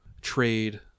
trade